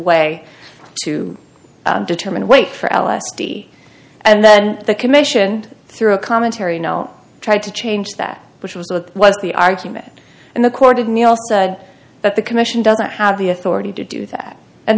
way to determine wait for l s d and then the commission through a commentary no tried to change that which was what was the argument and the court of neil said that the mission doesn't have the authority to do that and